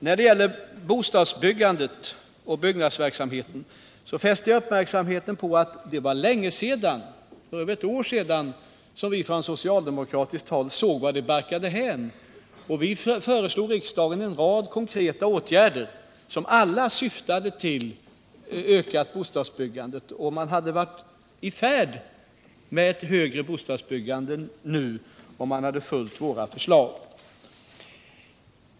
När det gäller bostadsbyggandet och byggnadsverksamheten fäste jag uppmärksamheten på att det var länge sedan — över ett år sedan — vi från socialdemokratiskt håll såg vart det barkade hän. Vi föreslog riksdagen en rad konkreta åtgärder, som alla syftade till ökat bostadsbyggande, och man hade varit i färd med högre bostadsbyggande om man följt våra förslag.